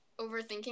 overthinking